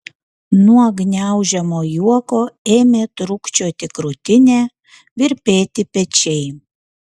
nuo gniaužiamo juoko ėmė trūkčioti krūtinė virpėti pečiai